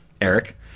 Eric